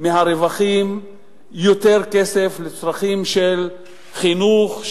מהרווחים יותר כסף לצרכים של חינוך,